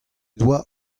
doa